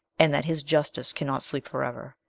and that his justice cannot sleep for ever.